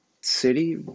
City